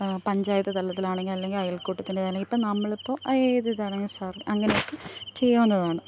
പഞ്ചായത്ത് തലത്തിലാണെങ്കിൽ അല്ലെങ്കിൽ അയൽക്കൂട്ടത്തിൻ്റെ അല്ലെങ്കിൽ ഇപ്പോൾ നമ്മളിപ്പോൾ ഏത് ഇതാണ് സാര് അങ്ങനെയൊക്കെ ചെയ്യാവുന്നതാണ്